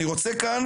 אני רוצה כאן,